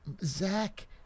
Zach